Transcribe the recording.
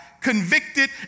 convicted